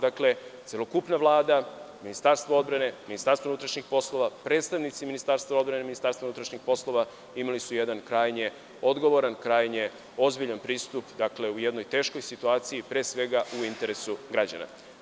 Dakle, celokupna Vlada, Ministarstvo odbrane, MUP, predstavnici Ministarstva odbrane, MUP, imali su jedan krajnje odgovoran, krajnje ozbiljan pristup u jednoj teškoj situaciji, pre svega u interesu građana.